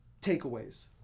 Takeaways